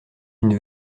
une